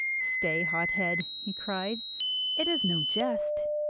stay, hothead he cried it is no jest,